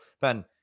Ben